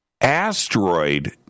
asteroid